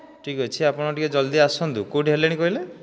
ଠିକ ଅଛି ଆପଣ ଟିକେ ଜଲଦି ଆସନ୍ତୁ କେଉଁଠି ହେଲେଣି କହିଲେ